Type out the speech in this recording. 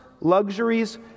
luxuries